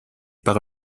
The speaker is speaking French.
par